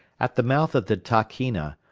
at the mouth of the tahkeena,